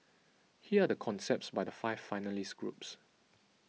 here are the concepts by the five finalist groups